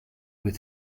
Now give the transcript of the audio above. with